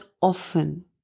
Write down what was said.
often